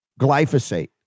glyphosate